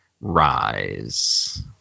rise